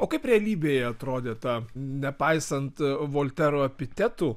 o kaip realybėje atrodė ta nepaisant voltero epitetų